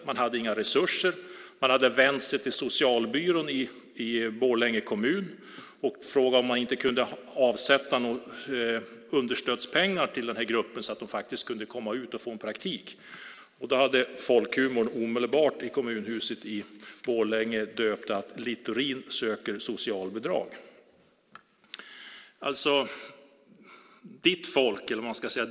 Man hade inga resurser och vände sig därför till socialbyrån i Borlänge kommun och frågade om man kunde avsätta understödspengar till den här gruppen, så att de kunde komma ut och få en praktik. I folkhumorn i Kommunhuset i Borlänge fick det heta att Littorin söker socialbidrag.